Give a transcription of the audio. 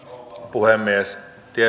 puhemies